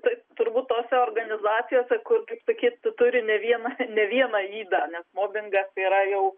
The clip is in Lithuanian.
tai turbūt tose organizacijose kur kaip sakyt turi ne vieną ne vieną ydą nes mobingas yra jau